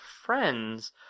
friends